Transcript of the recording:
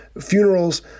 funerals